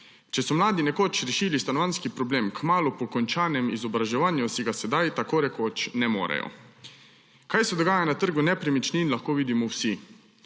Če so mladi nekoč rešili stanovanjski problem kmalu po končanem izobraževanju, si ga sedaj tako rekoč ne morejo. Kaj se dogaja na trgu nepremičnin, lahko vidimo vsi.